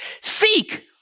Seek